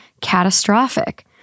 Catastrophic